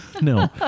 No